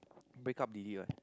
break up delete what